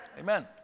Amen